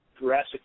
Jurassic